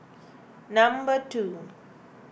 number two